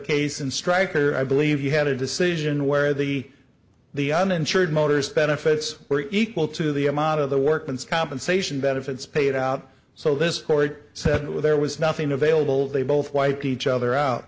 case and stryker i believe you had a decision where the the uninsured motors benefits were equal to the amount of the workman's compensation benefits paid out so this court said when there was nothing available they both wipe each other out